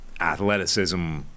athleticism